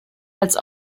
als